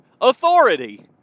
authority